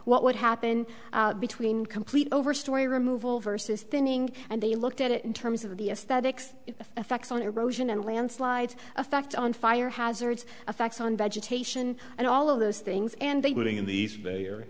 what would happen between complete over story removal versus thinning and they looked at it in terms of the aesthetics of effects on erosion and landslides effect on fire hazards effects on vegetation and all of those things and they bring in the